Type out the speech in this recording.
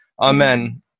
Amen